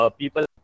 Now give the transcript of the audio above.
people